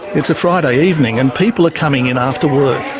it's a friday evening and people are coming in after work.